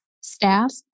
staff